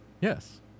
Yes